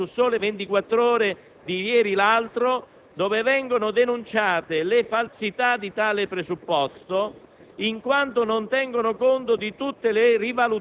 dalle imprese interessate su «Il Sole 24 ORE» dell'altro ieri dove vengono denunciate le falsità di tale presupposto